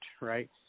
right